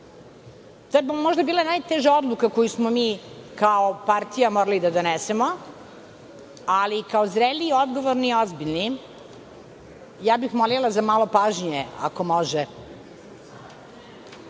je možda bila najteža odluka koju smo mi kao partija morali da donesemo, ali kao zreli, odgovorni i ozbiljni… Molila bih za malo pažnje, ako može.